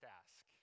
ask